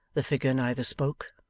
the figure neither spoke,